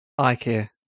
IKEA